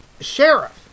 sheriff